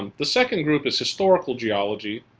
um the second group is historical geology,